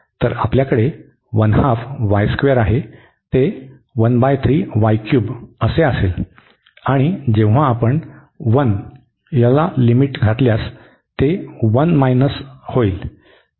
तर आपल्याकडे आहे ते असेल आणि जेव्हा आपण 1 ला लिमिट घातल्यास ती 1 होईल